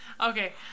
Okay